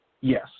Yes